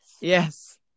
Yes